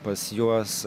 pas juos